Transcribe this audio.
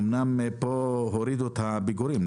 אמנם כאן הורידו את הפיגורים.